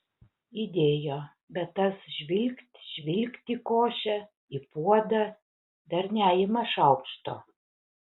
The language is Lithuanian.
įdėjo bet tas žvilgt žvilgt į košę į puodą dar neima šaukšto